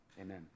Amen